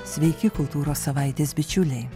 sveiki kultūros savaitės bičiuliai